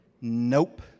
Nope